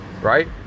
right